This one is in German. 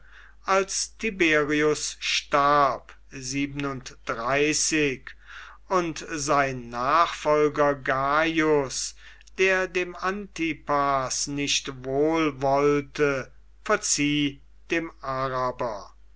als tiberius starb und sein nachfolger gaius der dem antipas nicht wohl wollte verzieh dem araber